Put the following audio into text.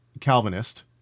Calvinist